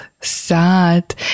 sad